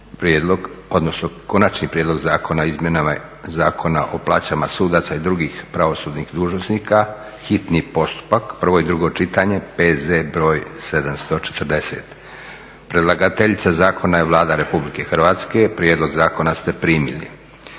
Konačni prijedlog zakona o izmjenama Zakona o plaćama sudaca i drugih pravosudnih dužnosnika, hitni postupak, prvo i drugo čitanje, P.Z. br. 740 Predlagateljica zakona je Vlada RH. Prijedlog zakona ste primili.